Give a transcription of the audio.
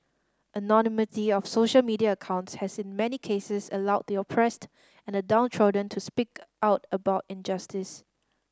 anonymity of social media accounts has in many cases allowed the oppressed and the downtrodden to speak out about injustice